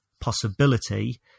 possibility